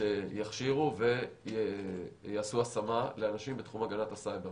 שיכשירו ויעשו השמה לאנשים בתחום הגנת הסייבר.